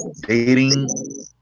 Dating